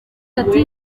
ati